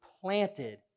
planted